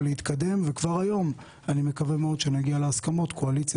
להתקדם וכבר היום אני מקווה מאוד שנגיע להסכמות קואליציה